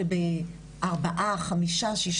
אבל שאישה תדע לא ללכת למקום שבסופו של דבר הביציות שלה לא